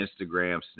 instagram